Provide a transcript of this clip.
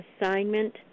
assignment